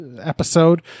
episode